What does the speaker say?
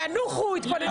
כן, שינוחו, יתכוננו.